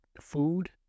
food